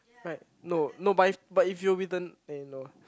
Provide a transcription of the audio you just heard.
like no no but if but if you are with the eh no